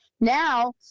now